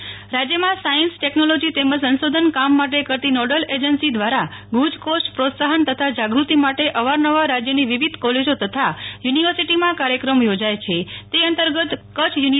ગુજકોસ્ટ રાજ્યમાં science technology તેમજ સંશોધન કામ માટે કરતી નોડલ એજન્સી દ્વારા ગુજકોસ્ટ પ્રોત્સાહન તથા જાગૃતિ માટે અવારનવાર રાજ્યની વિવિધ કોલેજો તથા યુનીવર્સીટીમાં કાર્યક્રમ યોજાય છે તે અંતર્ગત કચ્છ યુની